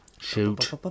Shoot